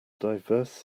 diverse